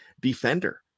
defender